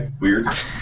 weird